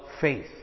faith